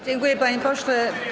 Dziękuję, panie pośle.